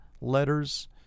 letters